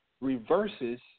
reverses